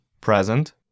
Present